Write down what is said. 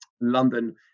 London